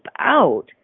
out